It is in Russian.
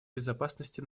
безопасности